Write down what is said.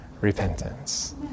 repentance